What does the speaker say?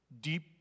deep